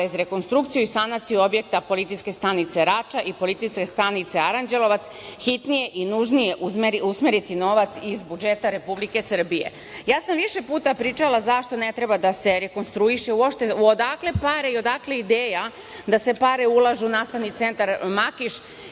bez rekonstrukcije i sanacije objekta policijske stanice Rača i policijske stanice Aranđelovac hitnije i nužnije usmeriti novac iz budžeta Republike Srbije. Više sam puta pričala zašto ne treba da se rekonstruiše. Odakle pare i odakle ideja da se pare ulažu u Nastavni centar „Makiš“